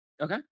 Okay